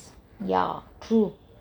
ya true